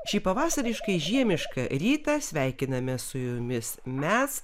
šį pavasariškai žiemišką rytą sveikinamės su jumis mes